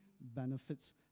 benefits